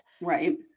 right